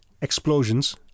explosions